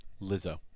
Lizzo